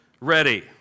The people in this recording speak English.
ready